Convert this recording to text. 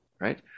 right